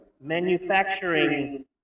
manufacturing